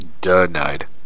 Denied